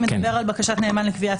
תקנה 106 מדברת על בקשת נאמן לקביעת